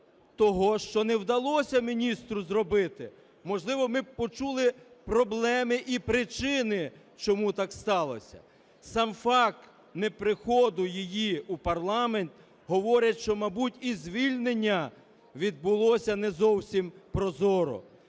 того, що не вдалося міністру зробити. Можливо, ми б почули проблеми і причини, чому так сталося? Сам факт не приходу її в парламент говорить, що, мабуть, і звільнення відбулося не зовсім прозоро.